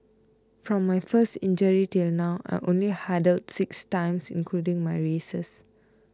from my first injury till now I only hurdled six times including my races